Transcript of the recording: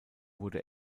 wurde